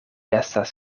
estas